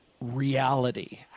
reality